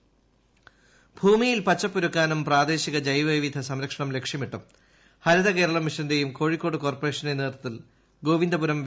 പച്ചത്തുരുത്ത് പദ്ധതി ഭൂമിയിൽ പച്ചപ്പ് ഒരുക്കാനും പ്രാദേശിക ജൈവവൈവിധ്യ സംരക്ഷണം ലക്ഷ്യമിട്ടും ഹരിത കേരളം മിഷന്റെയും കോഴിക്കോട് കോർപ്പറേഷന്റെയും നേതൃത്വത്തിൽ ഗോവിന്ദപുരം വി